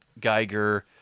Geiger